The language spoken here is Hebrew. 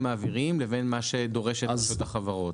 מעבירים לבין מה שדורשת רשות החברות?